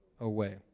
away